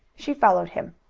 she followed him.